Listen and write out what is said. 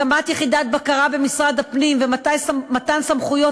הקמת יחידת בקרה במשרד הפנים ומתן סמכויות